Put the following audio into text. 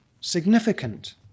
significant